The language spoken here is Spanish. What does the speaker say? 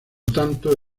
tanto